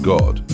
God